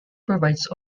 provides